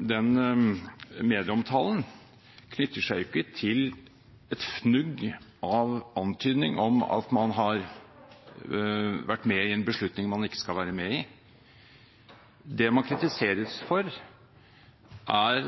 man har vært med i en beslutning man ikke skal være med i. Det man kritiseres for, er